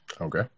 Okay